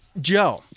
Joe